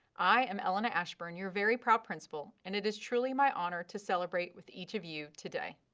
i am elena ashburn, your very proud principal, and it is truly my honor to celebrate with each of you today.